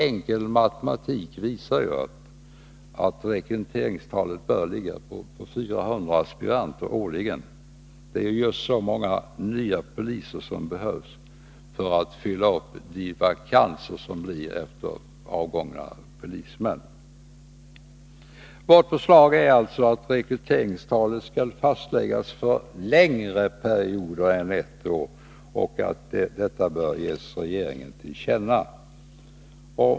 Enkel matematik visar ju att rekryteringstalet bör ligga på 400 aspiranter årligen — det är just så många nya poliser som behövs för att fylla upp de vakanser som blir efter avgångna polismän. Vårt förslag är alltså att rekryteringstalet skall fastläggas för längre perioder än ett år och att detta bör ges regeringen till känna.